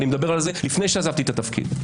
ואני מדבר על זה לפני שעזבתי את התפקיד.